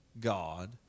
God